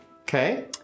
Okay